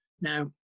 Now